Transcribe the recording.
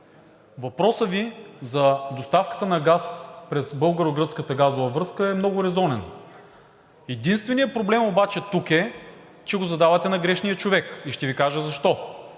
Въпросът Ви за доставката на газ през българо-гръцката газова връзка е много резонен. Единственият проблем обаче тук е, че го задавате на грешния човек и ще Ви кажа защо.